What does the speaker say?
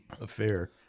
affair